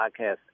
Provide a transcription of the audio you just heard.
podcast